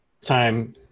time